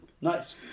Nice